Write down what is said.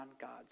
God's